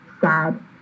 sad